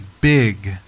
big